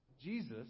Jesus